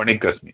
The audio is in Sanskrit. वणिक्कस्मि